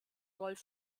golf